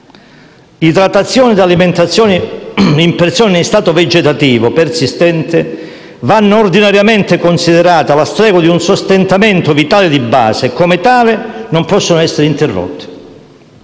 Idratazione e alimentazione in persone in stato vegetativo persistente vanno ordinariamente considerate alla stregua di un sostentamento vitale di base e, come tale, non possono essere interrotte.